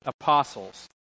apostles